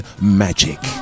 Magic